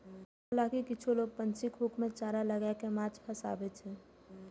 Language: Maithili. हालांकि किछु लोग बंशीक हुक मे चारा लगाय कें माछ फंसाबै छै